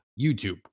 YouTube